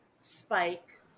Spike